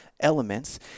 elements